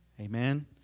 Amen